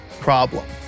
problem